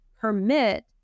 permit